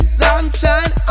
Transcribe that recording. sunshine